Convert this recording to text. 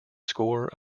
score